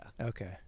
okay